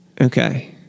Okay